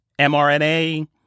MRNA